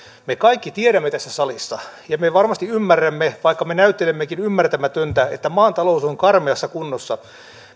me kaikki tiedämme tässä salissa ja me varmasti ymmärrämme vaikka me näyttelemmekin ymmärtämätöntä että maan talous on karmeassa kunnossa